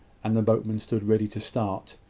and the boatmen stood ready to start,